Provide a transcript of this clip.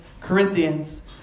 Corinthians